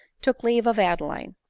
took leave of adeline.